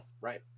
Right